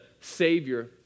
Savior